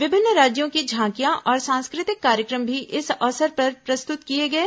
विभिन्न राज्यों की झांकियां और सांस्कृतिक कार्यक्रम भी इस अवसर पर प्रस्तुरत किये गये